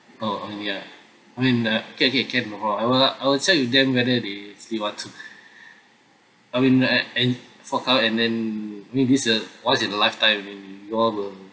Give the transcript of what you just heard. oh mm ya I mean uh can can can no problem I will I will check with them whether they still want to I mean uh err fork out and then I mean this a once in a lifetime I mean we all will